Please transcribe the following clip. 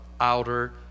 outer